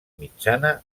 mitjana